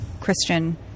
Christian